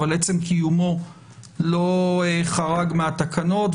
אבל עצם קיומו לא חרג מהתקנות,